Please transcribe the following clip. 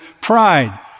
pride